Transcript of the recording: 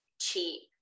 cheap